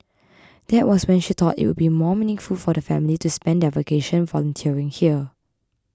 there was when she thought it would be more meaningful for the family to spend their vacation volunteering here